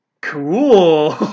Cool